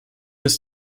his